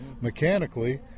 mechanically